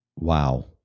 Wow